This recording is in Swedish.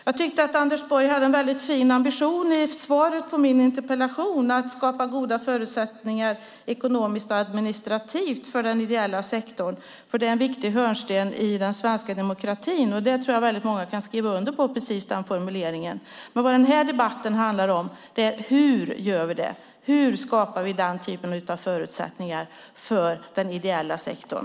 Jag tycker att Anders Borg visar en väldigt fin ambition i svaret på min interpellation, nämligen att skapa goda förutsättningar ekonomiskt och administrativt för den ideella sektorn, för det är en viktig hörnsten i den svenska demokratin. Den formuleringen tror jag att många kan skriva under på. Men vad den här debatten handlar om är hur vi ska göra det. Hur skapar vi den typen av förutsättningar för den ideella sektorn?